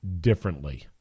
differently